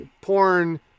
porn